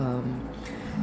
um